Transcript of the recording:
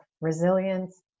resilience